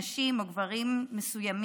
נשים או גברים מסוימים?